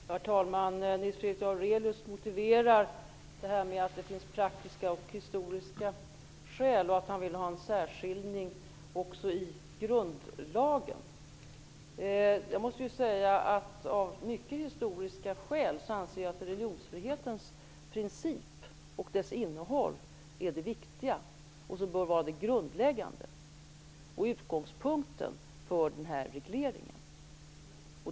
Herr talman! Nils Fredrik Aurelius motiverar att det finns praktiska och historiska skäl och att han vill ha en särskiljning också i grundlagen. Av mycket historiska skäl anser jag att religionsfrihetens princip och dess innehåll är det viktiga och att det bör vara det grundläggande och utgångspunkten för den här regleringen.